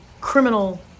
criminal